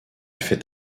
fait